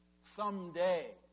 someday